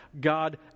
God